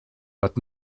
but